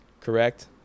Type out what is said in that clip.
Correct